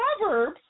Proverbs